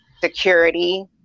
security